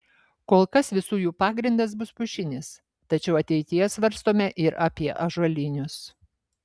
kol kas visų jų pagrindas bus pušinis tačiau ateityje svarstome ir apie ąžuolinius